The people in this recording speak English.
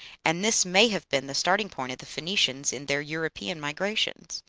and this may have been the starting-point of the phoenicians in their european migrations.